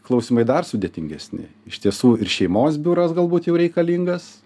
klausimai dar sudėtingesni iš tiesų ir šeimos biuras galbūt jau reikalingas